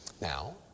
Now